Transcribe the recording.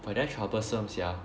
but damn troublesome sia